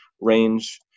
range